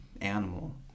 animal